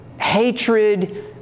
hatred